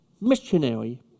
missionary